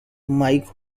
mike